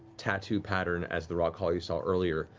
tattoo pattern as the rockcaller you saw earlier.